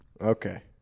Okay